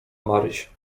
maryś